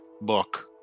book